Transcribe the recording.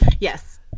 Yes